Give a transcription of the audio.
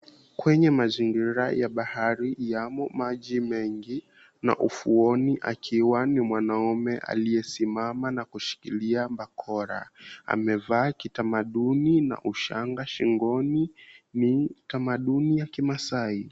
Kwenye mazingira ya bahari, yamo maji mengi. Na ufuoni akiwa ni mwanamume aliyesimama na kushikilia bakora. Amevaa kitamaduni na ushanga shingoni, ni tamaduni ya Kimasai.